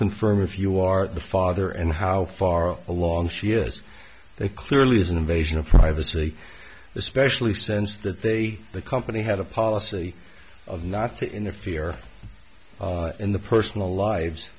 confirm if you are the father and how far along she is they clearly is an invasion of privacy especially sense that they the company had a policy of not to interfere in the personal lives